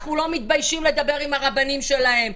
אנחנו לא מתביישים לדבר עם הרבנים שלהם,